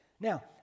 Now